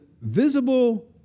visible